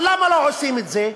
אבל למה לא עושים את זה?